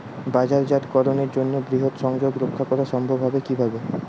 বাজারজাতকরণের জন্য বৃহৎ সংযোগ রক্ষা করা সম্ভব হবে কিভাবে?